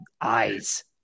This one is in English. eyes